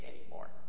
anymore